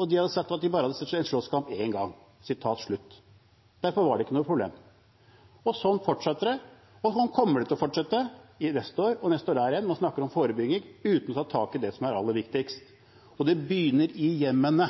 og de hadde sagt at de bare hadde sett slåsskamp én gang. Derfor var det ikke noe problem. Og sånn fortsatte det, og sånn kommer det til å fortsette neste år og neste år der igjen. Man snakker om forebygging uten å ta tak i det som er aller viktigst. Det begynner i hjemmene